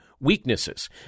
weaknesses